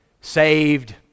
saved